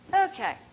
Okay